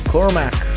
Cormac